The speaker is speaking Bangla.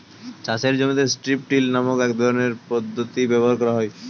চাষের জমিতে স্ট্রিপ টিল নামক এক রকমের পদ্ধতি ব্যবহার করা হয়